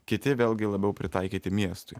kiti vėlgi labiau pritaikyti miestui